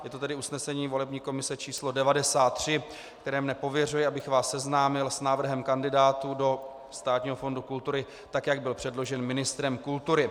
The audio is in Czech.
Je to tedy usnesení volební komise číslo 93, které mne pověřuje, abych vás seznámil s návrhem kandidátů do Státního fondu kultury, tak jak byl předložen ministrem kultury.